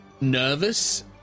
nervous